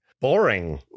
boring